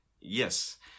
yes